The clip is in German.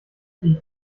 ich